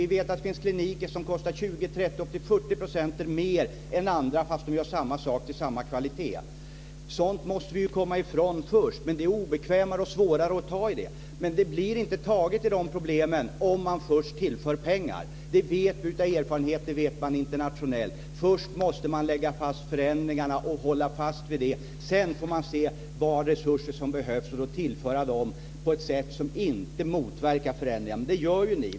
Vi vet att det finns kliniker som kostar 20-30 %, upp till 40 %, mer än andra fastän de gör samma sak med samma kvalitet. Sådant måste vi komma ifrån först, men det är obekvämare och svårare att ta i det. Det blir inte att man tar itu men problemen om man först tillför pengar. Det vet vi av erfarenhet, det vet man internationellt. Först måste man lägga fast förändringarna och hålla fast vid det, sedan får man se vad det är för resurser som behövs och tillföra dem på ett sätt som inte motverkar förändringarna. Men det gör ju ni.